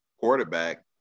quarterback